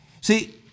See